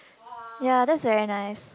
ya that's very nice